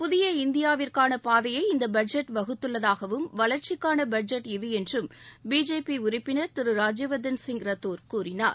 புதிய இந்தியாவிற்கான பாதையை இந்த பட்ஜெட் வகுத்துள்ளதாகவும் வளர்ச்சிக்கான பட்ஜெட் இது என்றும் பிஜேபி உறுப்பினர் திரு ராஜ்யவர்தன்சிங் ரத்தோர் கூறினார்